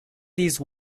these